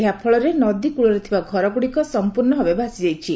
ଏହାଫଳରେ ନଦୀକୁଳରେ ଥିବା ଘରଗୁଡ଼ିକ ସମ୍ପର୍ଷଭାବେ ଭାସିଯାଇଛି